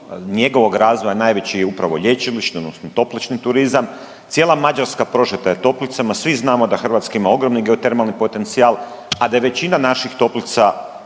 njegovog razvoja najveći je upravo lječilišni odnosno toplični turizam. Cijela Mađarska prožeta je toplicama, svi znamo da Hrvatska ima ogromni geotermalni potencijal, a da je većina naših toplica